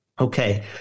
Okay